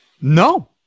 No